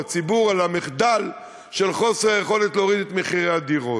בציבור על המחדל של חוסר יכולת להוריד את מחירי הדירות.